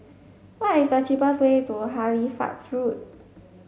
what is the cheapest way to Halifax Road